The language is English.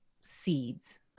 seeds